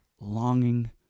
longing